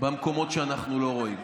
במקומות שאנחנו לא רואים,